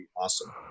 awesome